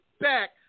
back